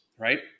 right